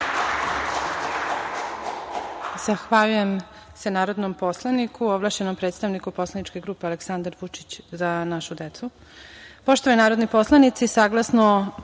Zahvaljujem se narodnom poslaniku, ovlašćenom predstavniku poslaničke grupe, Aleksandar Vučić – Za našu decu. Poštovani narodni poslanici saglasno članu